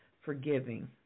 forgiving